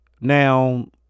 Now